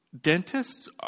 dentists